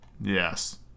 Yes